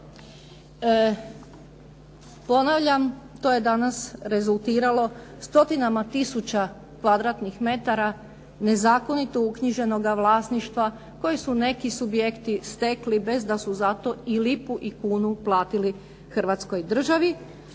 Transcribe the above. Ponavljam, to je danas rezultiralo stotinama tisuća kvadratnih metara nezakonito uknjiženoga vlasništva koje su neki subjekti stekli bez da su za to i lipu i kunu platili Hrvatskoj državi.